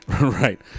right